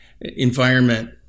environment